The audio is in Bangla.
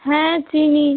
হ্যাঁ চিনি